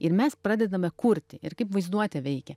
ir mes pradedame kurti ir kaip vaizduotė veikia